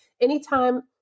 Anytime